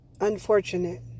unfortunate